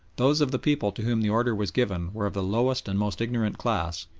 those of the people to whom the order was given were of the lowest and most ignorant class,